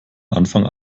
anfang